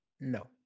No